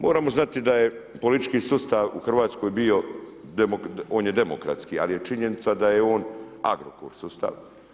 Moramo znati da je politički sustav u Hrvatskoj bio, on je demokratski, ali je činjenica da je on Agrokor sustav.